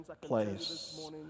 place